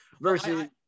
versus